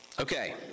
Okay